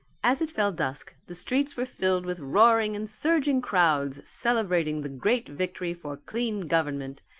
as it fell dusk the streets were filled with roaring and surging crowds celebrating the great victory for clean government,